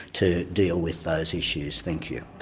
to deal with those issues. thank you.